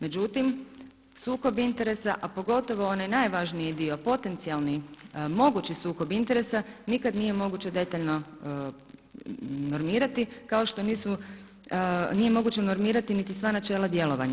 Međutim, sukob interesa a pogotovo onaj najvažniji dio potencijalni mogući sukob interesa nikad nije moguće detaljno normirati kao što nije moguće normirati niti sva načela djelovanja.